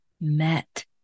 met